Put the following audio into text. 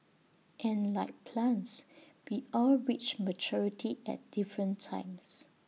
and like plants we all reach maturity at different times